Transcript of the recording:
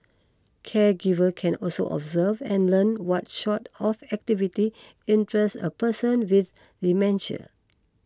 caregivers can also observe and learn what sort of activities interest a person with dementia